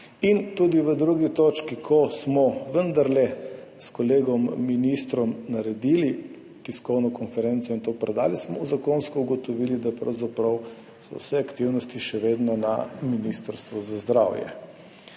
Tudi v drugi točki, ko sva s kolegom ministrom vendarle naredila tiskovno konferenco in to predala, smo zakonsko ugotovili, da so pravzaprav vse aktivnosti še vedno na Ministrstvu za zdravje.